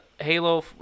Halo